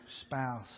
spouse